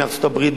מארצות-הברית,